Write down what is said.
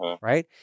Right